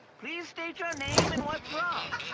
please state your name and what's wrong.